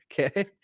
okay